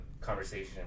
conversation